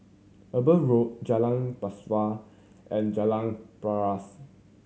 Eber Road Jalan Pesawat and Jalan Paras